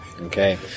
Okay